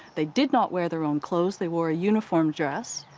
they did not wear their own clothes, they wore a uniform dress.